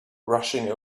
rushing